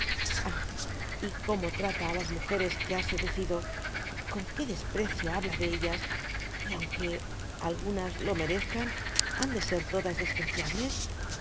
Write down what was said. y como trata á las múgeres que ha seducido con que desprecio hahhi de ellas y aunque algunas lo merezcan han de ser todas despreciables